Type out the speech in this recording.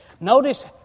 Notice